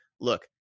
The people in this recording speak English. look